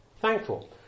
thankful